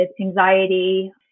anxiety